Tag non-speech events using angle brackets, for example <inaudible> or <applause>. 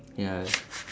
ya <noise>